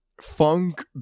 funk